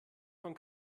von